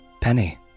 Penny